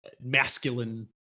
masculine